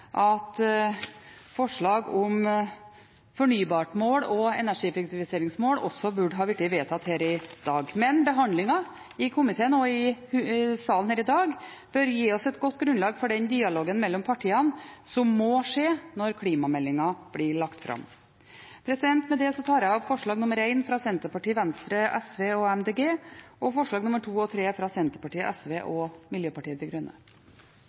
flere forslag vedtas, og vi mener, ut fra merknader og innlegg, at forslag om fornybart mål og energieffektiviseringsmål også burde ha blitt vedtatt her i dag. Men behandlingen i komiteen og i salen her i dag bør gi oss et godt grunnlag for den dialogen mellom partiene som man må ha når klimameldingen blir lagt fram. Med dette tar jeg opp forslag nr. 1, fra Senterpartiet, Venstre, Sosialistisk Venstreparti og Miljøpartiet De Grønne,